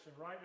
right